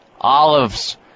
olives